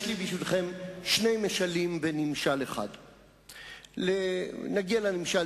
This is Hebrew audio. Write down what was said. הראשון הוא סגן שר במעמד של שר, זה היה בבריאות.